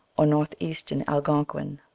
or north eastern algonquin,